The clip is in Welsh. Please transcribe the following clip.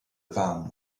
fam